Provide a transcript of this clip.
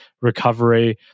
recovery